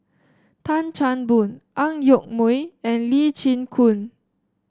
Tan Chan Boon Ang Yoke Mooi and Lee Chin Koon